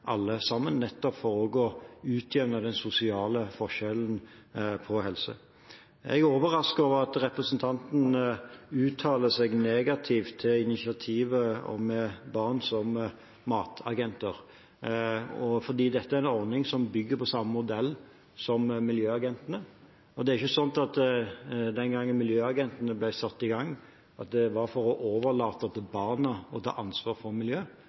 å utjevne den sosiale forskjellen innenfor helse. Jeg er overrasket over at representanten uttaler seg negativt om initiativet med barn som matagenter, for dette er en ordning som bygger på samme modell som Miljøagentene. Det er ikke slik at den gang Miljøagentene ble satt i gang, var det for å kunne overlate til barna å ta ansvar for miljøet,